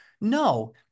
No